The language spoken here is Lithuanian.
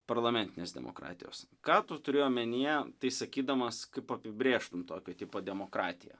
parlamentinės demokratijos ką tu turėjai omenyje tai sakydamas kaip apibrėžtum tokio tipo demokratiją